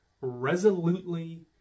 resolutely